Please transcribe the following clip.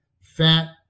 fat